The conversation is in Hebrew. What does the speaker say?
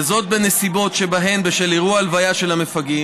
וזאת בנסיבות שבהן בשל אירוע ההלוויה של המפגעים,